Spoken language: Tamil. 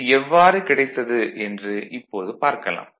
இது எவ்வாறு கிடைத்தது என்று இப்போது பார்க்கலாம்